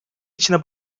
içinde